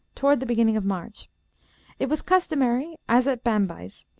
toward the beginning of march it was customary, as at bambyce,